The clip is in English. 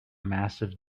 massive